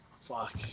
fuck